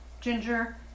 Ginger